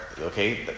okay